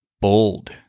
Bold